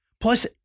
Plus